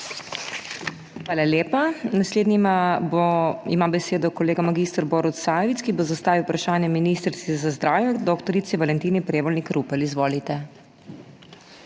Hvala lepa. Naslednji ima besedo kolega mag. Borut Sajovic, ki bo zastavil vprašanje ministrici za zdravje dr. Valentini Prevolnik Rupel. Izvolite.